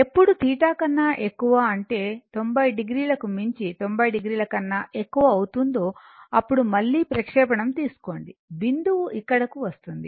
ఎప్పుడు θ కన్నా ఎక్కువ అంటే 90 o మించి 90 o కన్నా ఎక్కువ అవుతుందో అప్పుడు మళ్ళీ ప్రక్షేపణం తీసుకోండి బిందువు ఇక్కడకు వస్తుంది